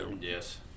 Yes